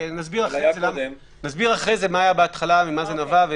נסביר אחרי זה מה היה בהתחלה, ממה זה נבע.